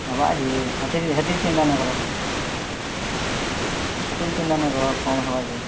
ହବା ଯେ ହେତ୍କି ହେତ୍କି ଚିନ୍ତା ନାଇଁ କର ସେତିକି ଚିନ୍ତା ନାଇଁ କର କାଣା ହବା ଯେ